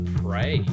pray